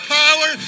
power